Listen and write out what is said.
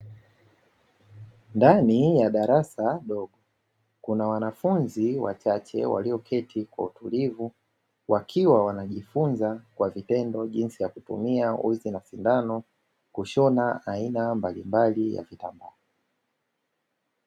Ndani ya darasa dogo kuna wanafunzi wachache walioketi kwa utulivu, wakiwa wanajifunza kwa vitendo jinsi ya kutumia uzi na sindano kushona aina mbalimbali za vitambaa.